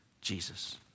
Jesus